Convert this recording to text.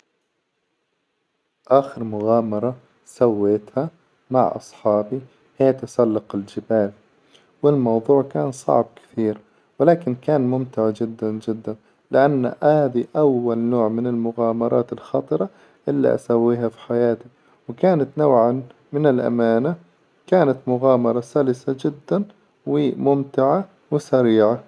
آخر مغامرة سويتها مع أصحابي هي تسلق الجبال، والموظوع كان صعب كثير ولكن كان ممتعة جدا جدا، لأن هذي أول نوع من المغامرات الخطرة إللي أسويها في حياتي، وكانت نوعا من الأمانة كانت مغامرة سلسة جدا وممتعة وسريعة.